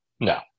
No